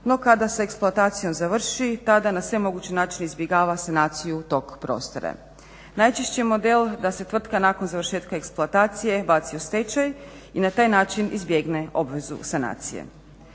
No, kada se eksploatacijom završi tada na sve moguće načine izbjegava sanaciju tog prostora. Najčešći model da se tvrtka nakon završetka eksploatacije baci u stečaj i na taj način izbjegne obvezu sanacije.